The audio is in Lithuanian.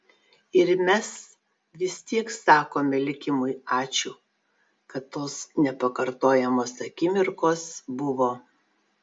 ir mes vis tiek sakome likimui ačiū kad tos nepakartojamos akimirkos buvo